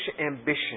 ambition